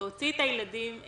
להוציא את הצעירים